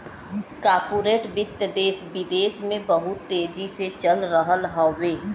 corporate वित्त देस विदेस में बहुत तेजी से चल रहल हउवे